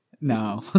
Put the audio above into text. no